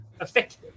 effective